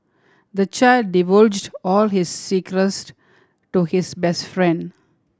the child divulged all his secrets to his best friend